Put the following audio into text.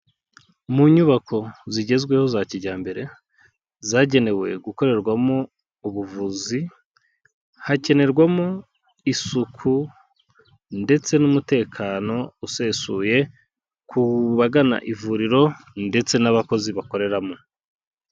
Mu nyubako zigezweho za kijyambere zagenewe gukorerwamo ubuvuzi, hakenerwamo isuku ndetse n'umutekano usesuye ku bagana ivuriro ndetse n'abakozi bakoreramo.